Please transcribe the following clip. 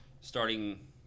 starting